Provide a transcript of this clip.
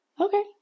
Okay